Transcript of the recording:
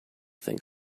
think